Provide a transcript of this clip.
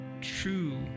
true